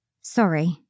Sorry